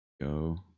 Go